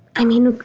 i mean,